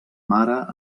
mare